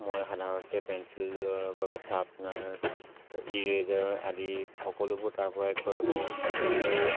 মই সাধাৰণতে পেঞ্চিলৰ বাবে শ্বাৰ্পনাৰ ইৰেজাৰ আদি সকলোবোৰ তাৰ পৰাই ক্ৰয় কৰোঁ আৰু